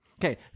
Okay